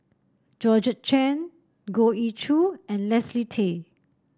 Georgette Chen Goh Ee Choo and Leslie Tay